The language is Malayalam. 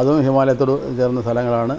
അതും ഹിമാലയത്തോട് ചേർന്ന സ്ഥലങ്ങളാണ്